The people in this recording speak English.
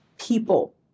people